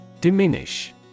Diminish